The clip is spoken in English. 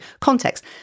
context